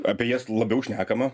apie jas labiau šnekama